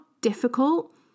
difficult